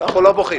אנחנו לא בוכים.